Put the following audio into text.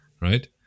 right